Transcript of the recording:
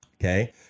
Okay